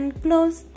close